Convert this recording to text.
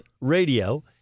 Radio